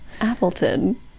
Appleton